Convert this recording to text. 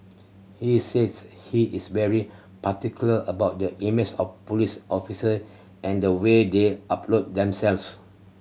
he says he is very particular about the image of police officer and the way they uphold themselves